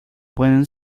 pueden